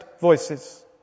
voices